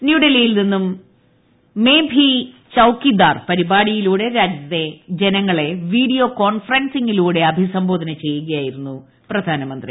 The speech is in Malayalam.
ന്യൂഡൽഹിയിൽ നിന്നും മെയിൻ ഭി ചൌക്കിദാർ പരിപാടിയിലൂടെ രാജ്യത്തെ ജനങ്ങളെ വീഡിയോ കോൺഫറൻസിങ്ങിലൂടെ അഭിസംബോധന ചെയ്യുകയായിരുന്നു പ്രധാനമന്ത്രി